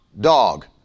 dog